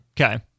Okay